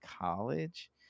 college